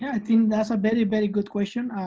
i think that's a very, very good question.